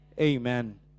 Amen